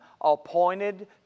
appointed